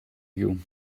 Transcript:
you